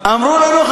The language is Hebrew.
אמרו לנו,